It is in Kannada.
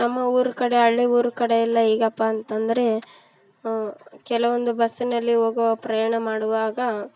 ನಮ್ಮ ಊರು ಕಡೆ ಹಳ್ಳಿ ಊರು ಕಡೆ ಎಲ್ಲ ಹೇಗಪ್ಪ ಅಂತಂದರೆ ಕೆಲವೊಂದು ಬಸ್ಸಿನಲ್ಲಿ ಹೋಗುವ ಪ್ರಯಾಣ ಮಾಡುವಾಗ